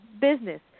business